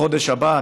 בחודש הבא,